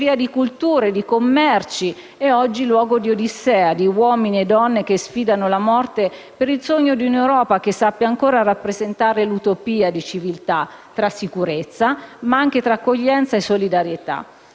di cultura e di commerci, e oggi luogo di odissea di uomini e donne che sfidano la morte per il sogno di un'Europa che sappia ancora rappresentare l'utopia di civiltà tra sicurezza, ma anche tra accoglienza e solidarietà.